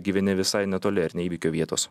gyveni visai netoli ar ne įvykio vietos